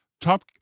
top